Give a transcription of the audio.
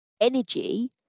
energy